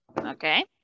Okay